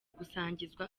gusangiza